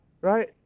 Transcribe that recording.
Right